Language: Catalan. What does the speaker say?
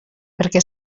perquè